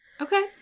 Okay